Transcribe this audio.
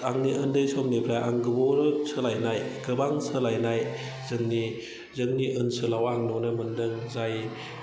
आंनि उन्दै समनिफ्राय आं गोबाव सोलायनाय गोबां सोलायनाय जोंनि जोंनि ओनसोलाव आं नुनो मोनदों जाय